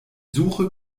suche